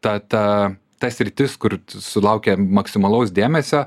ta ta ta sritis kur sulaukia maksimalaus dėmesio